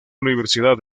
universidad